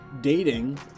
dating